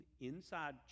inside